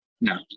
No